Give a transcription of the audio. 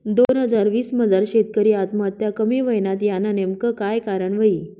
दोन हजार वीस मजार शेतकरी आत्महत्या कमी व्हयन्यात, यानं नेमकं काय कारण व्हयी?